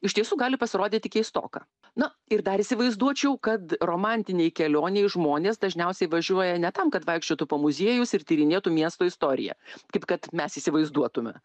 iš tiesų gali pasirodyti keistoka na ir dar įsivaizduočiau kad romantinei kelionei žmonės dažniausiai važiuoja ne tam kad vaikščiotų po muziejus ir tyrinėtų miesto istoriją kaip kad mes įsivaizduotume